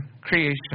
Creation